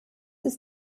ist